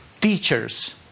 teachers